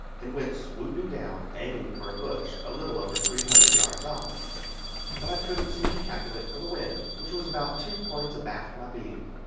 and went swooping down, aiming for a bush a little over three hundred yards off but i couldn't seem to calculate for the wind, which was about two points abaft my beam.